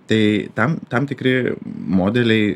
tai tam tam tikri modeliai